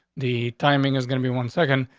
the timing is gonna be one second.